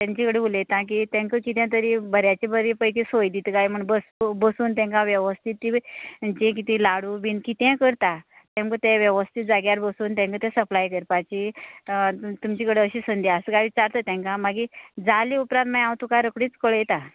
तेचें कडेन उलयतां कि तेंका किदें तरी बऱ्याचे बरें पैकी सोय दिता काय म्हण बस बसून तेंका वेवस्थीत तें जे कितें लाडू बिन कितेय करता तेमकां ते वेवस्थीत जाग्यार बसून तेंका तें सप्लाय करपाची तुमचे कडेन अशी संदी आसा काय विचारतां तेंका मागीर जालें उपरांत मागीर हांव तुका रोकडित कळयतां